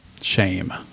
shame